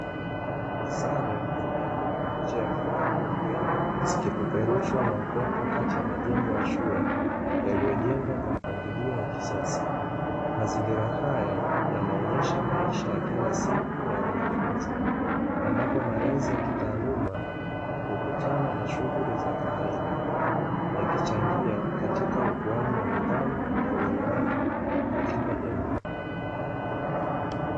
Sare zimeanikwa nje ya vyumba vya mabweni, zikipeperushwa na upepo kati ya majengo ya shule yaliyojengwa kwa mpangilio wa kisasa, mazingira haya yanaonyesha maisha ya kila siku ya wanafunzi, ambapo malezi ya kitaaluma, hukutana na shughuli za kawaida, yakichangia katika ukuaji wa nidhamu na uelewaji katika jamii.